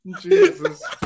Jesus